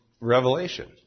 Revelation